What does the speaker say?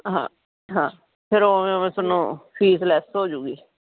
ਹਾਂ ਹਾਂ ਫਿਰ ਉਵੇਂ ਉਵੇਂ ਤੁਹਾਨੂੰ ਫੀਸ ਲੈਸ ਹੋ ਜਾਵੇਗੀ